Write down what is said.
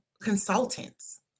consultants